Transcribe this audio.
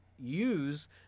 Use